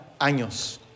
años